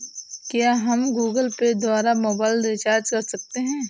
क्या हम Google Pay द्वारा मोबाइल रिचार्ज कर सकते हैं?